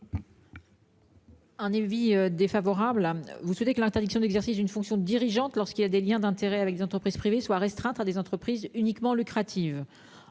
Un avis défavorable. Vous souhaitez que l'interdiction d'exercice d'une fonction dirigeante lorsqu'il y a des Liens d'intérêts avec des entreprises privées, soit restreinte à des entreprises uniquement lucrative.